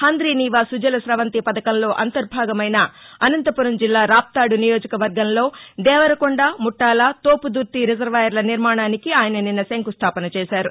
హందీ నీవా సుజల సవంతి పథకంలో అంతర్భాగమైన అనంతపురం జిల్లా రాప్తాడు నియోజకవర్గంలో దేవరకొండ ముట్టాల తోపుదుర్తి రిజర్వాయర్ల నిర్మాణానికి ఆయన నిన్న శంకుస్దాపన చేశారు